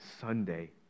Sunday